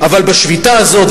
אבל בשביתה הזאת,